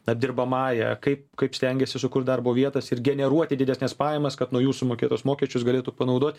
na dirbamąja kaip kaip stengiasi sukurt darbo vietas ir generuoti didesnes pajamas kad nuo jų sumokėtus mokesčius galėtų panaudot